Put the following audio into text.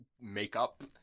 makeup